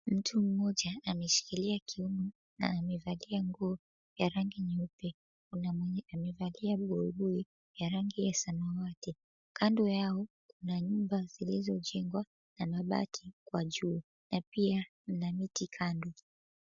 Mtu mmoja ameshikilia kiuno na amevalia nguo ya rangi nyeupe, kuna mwenye amevalia buibui ya rangi ya samawati kando yao kuna nyumba zilizo jengwa na mabati kwa juu na pia na miti kando.